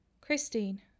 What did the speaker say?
Christine